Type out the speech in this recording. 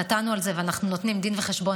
נתנו על זה ואנחנו נותנים דין וחשבון